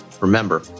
Remember